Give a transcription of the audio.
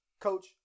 coach